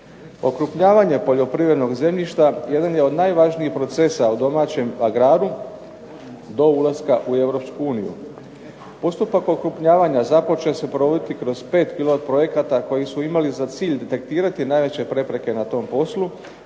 Okrupnjavanje poljoprivrednog zemljišta jedan je od najvažnijih procesa u domaćem agraru do ulaska u Europsku uniju. Postupak okrupnjavanja započeo se provoditi kroz pet pilot projekata koji su imali za cilj detektirati najveće prepreke na tom poslu,